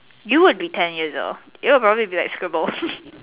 you would be ten years old it'll probably be like scribbles